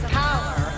power